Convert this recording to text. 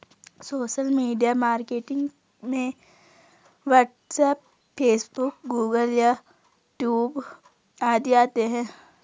social media marketing में WhatsApp Facebook Google YouTube आदि आते है